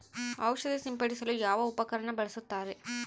ಔಷಧಿ ಸಿಂಪಡಿಸಲು ಯಾವ ಉಪಕರಣ ಬಳಸುತ್ತಾರೆ?